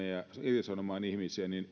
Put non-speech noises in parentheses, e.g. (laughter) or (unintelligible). irtisanomaan ihmisiä niin (unintelligible)